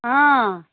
ꯑꯥ